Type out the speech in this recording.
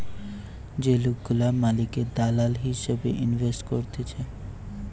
যে লোকগুলা মালিকের দালাল হিসেবে ইনভেস্ট করতিছে